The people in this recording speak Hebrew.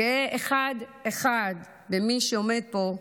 "גאה אחד-אחד במי שעומד פה,